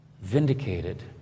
vindicated